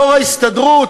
יושב-ראש ההסתדרות,